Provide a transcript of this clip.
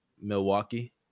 Milwaukee